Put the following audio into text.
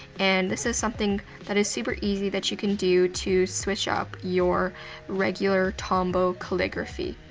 and this is something that is super easy that you can do to switch up your regular tombow calligraphy.